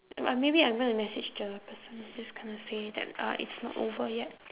maybe I'm gonna message cher just just going to say that uh it's not over yet